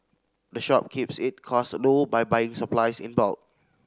the shop keeps its cost low by buying supplies in bulk